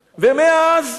ומאז,